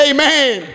Amen